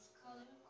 color